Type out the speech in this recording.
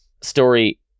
story